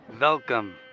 Welcome